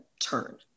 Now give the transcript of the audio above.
turn